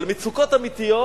מצוקות אמיתיות,